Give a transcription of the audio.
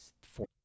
four